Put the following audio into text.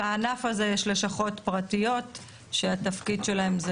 בענף הזה יש לשכות פרטיות שהתפקיד שלהם הוא,